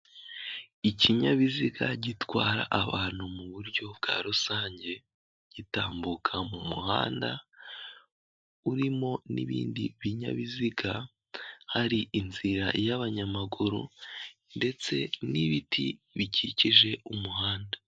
Ikinyabiziga gitwara abantu mu buryo bwa rusange gitambuka mu muhanda urimo n'ibindi binyabiziga, hari inzira y'abanyamaguru ndetse n'ibiti bikikije umuhanda.